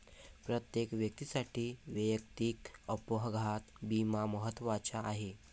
प्रत्येक व्यक्तीसाठी वैयक्तिक अपघात विमा महत्त्वाचा आहे